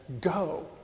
go